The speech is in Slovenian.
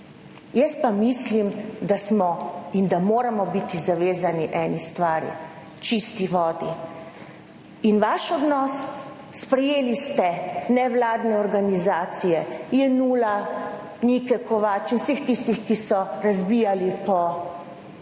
jaz pa mislim, da smo, in da moramo biti zavezani eni stvari, čisti vodi. In vaš odnos, sprejeli ste nevladne organizacije, Jenulla, Nike Kovač in vseh tistih, ki so razbijali po tej